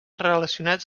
relacionats